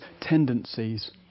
tendencies